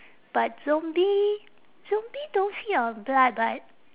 but zombie zombie don't feed on blood but